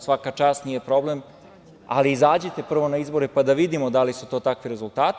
Svaka čast, nije problem, ali izađite prvo na izbore, pa da vidimo da li su to takvi rezultati.